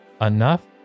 enough